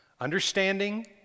Understanding